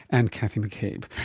and cathy mccabe.